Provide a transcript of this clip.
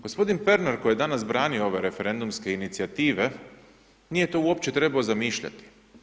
G. Pernar koji je danas branio ove referendumske inicijative, nije to uopće trebao zamišljati.